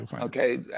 Okay